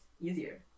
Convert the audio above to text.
easier